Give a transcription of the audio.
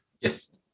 Yes